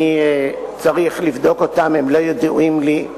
אני צריך לבדוק אותם, הם לא ידועים לי.